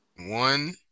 one